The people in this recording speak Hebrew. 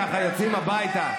יוצאים הביתה.